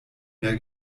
mehr